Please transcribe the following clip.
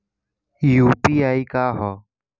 UPI का ह?